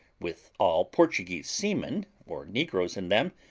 with all portuguese seamen or negroes in them,